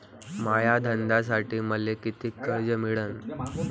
माया धंद्यासाठी मले कितीक कर्ज मिळनं?